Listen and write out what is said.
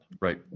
right